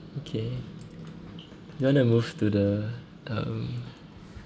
okay do you want to move to the um